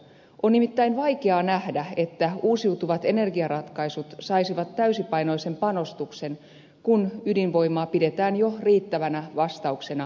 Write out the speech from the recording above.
on nimittäin vaikeaa nähdä että uusiutuvat energiaratkaisut saisivat täysipainoisen panostuksen kun ydinvoimaa pidetään jo riittävänä vastauksena energiatarpeisiin